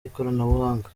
ikoranabuhanga